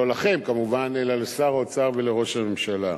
לא לכם, כמובן, אלא לשר האוצר ולראש הממשלה: